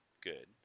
good